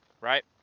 right